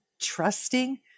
trusting